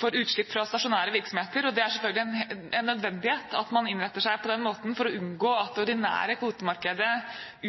for utslipp fra stasjonære virksomheter, og det er selvfølgelig en nødvendighet at man innretter seg på den måten for å unngå at det ordinære kvotemarkedet